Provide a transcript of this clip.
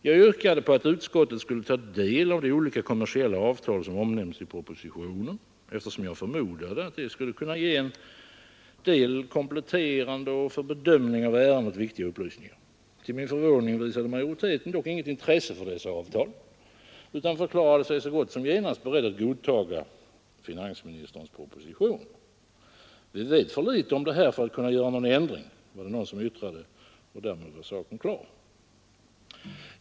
Jag yrkade på att utskottet skulle ta del av de olika kommersiella avtal som omnämns i propositionen, eftersom jag förmodade att de skulle kunna ge en del kompletterande och för bedömning av ärendet viktiga upplysningar. Till min förvåning visade majoriteten dock inget intresse för dessa avtal utan förklarade sig så gott som genast beredd att godtaga finansministerns proposition. ”Vi vet för litet om det här för att kunna göra någon ändring”, yttrade någon, och därmed var saken klar.